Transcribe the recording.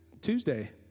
Tuesday